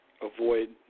avoid